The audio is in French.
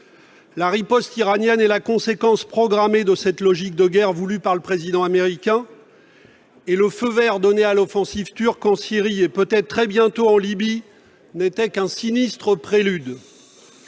La riposte iranienne est la conséquence programmée de cette logique de guerre voulue par le président américain. Le feu vert donné à l'offensive turque en Syrie et peut-être très bientôt en Libye n'en était qu'un sinistre prélude